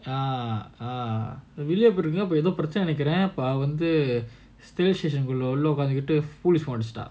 uh uh amelia போயிருக்கானாஏதோபிரச்சனைன்னுநெனைக்கிறேன்அவவந்து:pooirukkana etho pirachanainu nenaikkiren ava vandhu shell station குள்ள உள்ள உக்காந்துட்டு:kulla ulla ukkanthuttu foolish சம் அடிச்சிட்டா:sum adichitta